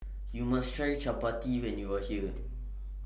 YOU must Try Chapati when YOU Are here